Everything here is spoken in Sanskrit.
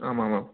आम् आम् आम्